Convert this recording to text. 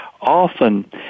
often